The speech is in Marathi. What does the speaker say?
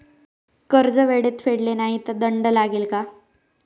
कर्ज वेळेत फेडले नाही तर दंड लागेल का?